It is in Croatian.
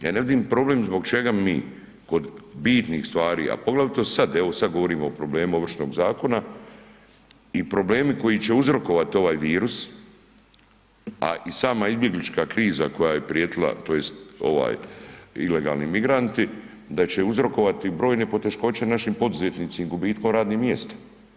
Ja ne vidim problem zbog čega mi kod bitnih stvari, a poglavito sad, evo sad govorimo o problemu Ovršnog zakona i problemi koji će uzrokovati ovaj virus, a i sama izbjeglička kriza koja je prijetila tj. ovaj ilegalni migranti da će uzrokovati brojne poteškoće našim poduzetnicima gubitkom radnih mjesta.